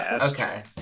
okay